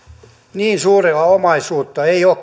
niin suurta omaisuutta ei ole